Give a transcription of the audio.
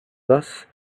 thus